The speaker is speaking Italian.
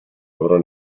loro